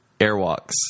Airwalks